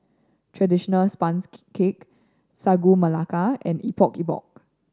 traditional sponges cake Sagu Melaka and Epok Epok